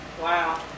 wow